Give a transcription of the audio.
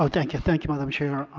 ah thank ah thank you, madam chair,